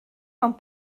mewn